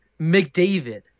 McDavid